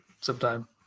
sometime